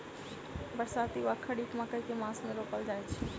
बरसाती वा खरीफ मकई केँ मास मे रोपल जाय छैय?